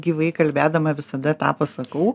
gyvai kalbėdama visada tą pasakau